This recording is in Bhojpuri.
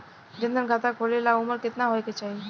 जन धन खाता खोले ला उमर केतना होए के चाही?